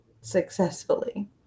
successfully